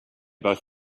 both